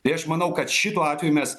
tai aš manau kad šituo atveju mes